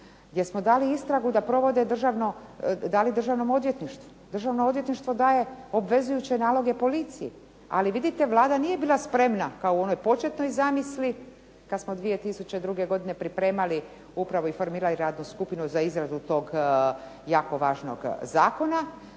gdje smo dali istragu da provode Državno odvjetništvo. Državno odvjetništvo daje obvezujuće naloge policiji, ali vidite Vlada nije bila spremna kao u onoj početnoj zamisli kad smo 2002. godine pripremali upravu i formirali Radnu skupinu za izradu tog jako važnog zakona,